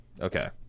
Okay